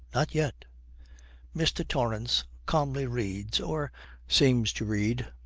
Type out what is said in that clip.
not yet mr. torrance calmly reads, or seems to read,